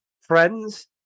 Friends